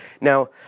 Now